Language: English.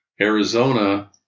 Arizona